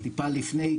טיפה לפני,